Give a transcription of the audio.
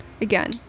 Again